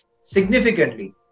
significantly